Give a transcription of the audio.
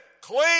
clean